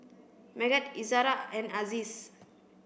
Megat Izara and Aziz